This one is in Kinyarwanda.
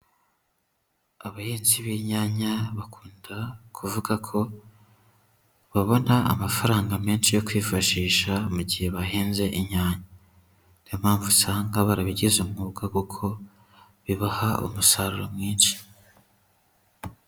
Abahinzi b'inyanya bakunda kuvuga ko babona amafaranga menshi yo kwifashisha mu gihe bahinze inyanya, niyo mpamvu usanga barabigize umwuga kuko bibaha umusaruro mwinshi.